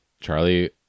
Charlie